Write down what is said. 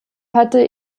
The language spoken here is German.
hatte